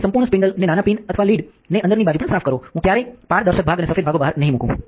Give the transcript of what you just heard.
અહીં સંપૂર્ણ સ્પિન્ડલને નાના પિન અને લીડને અંદરની બાજુ પણ સાફ કરો હું ક્યારેય પારદર્શક ભાગ અને સફેદ ભાગો બહાર નહીં મૂકું